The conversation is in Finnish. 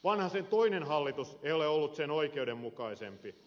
vanhasen toinen hallitus ei ole ollut sen oikeudenmukaisempi